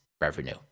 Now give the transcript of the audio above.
revenue